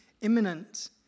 imminent